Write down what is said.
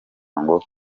ngo